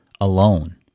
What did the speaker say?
alone